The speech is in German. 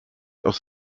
aus